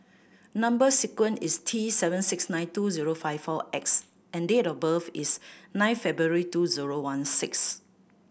number sequence is T seven six nine two zero five four X and date of birth is nine February two zero one six